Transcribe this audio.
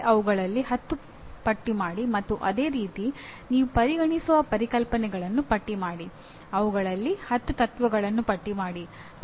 ಆದರೆ ಅವುಗಳಲ್ಲಿ 10 ಪಟ್ಟಿ ಮಾಡಿ ಮತ್ತು ಅದೇ ರೀತಿ ನೀವು ಪರಿಗಣಿಸುವ ಪರಿಕಲ್ಪನೆಗಳನ್ನು ಪಟ್ಟಿ ಮಾಡಿ ಅವುಗಳಲ್ಲಿ 10 ತತ್ವಗಳನ್ನು ಪಟ್ಟಿ ಮಾಡಿ